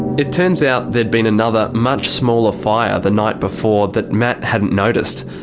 it turns out, there'd been another, much smaller fire the night before that matt hadn't noticed.